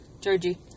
Georgie